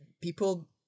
people